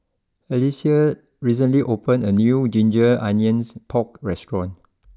Alycia recently opened a new Ginger Onions Pork restaurant